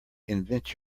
invent